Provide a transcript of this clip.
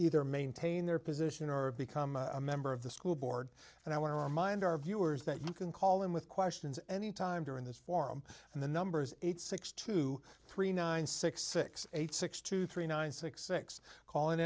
either maintain their position or become a member of the school board and i want to remind our viewers that you can call in with questions any time during this forum and the numbers it's six two three nine six six eight six two three nine six six call in